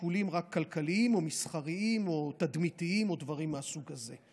שיקולים כלכליים או מסחריים או תדמיתיים או דברים מהסוג הזה.